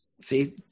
See